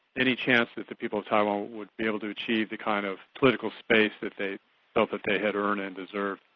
any chance that the people of taiwan would be able to achieve the kind of political space that they felt that they had earned and deserved,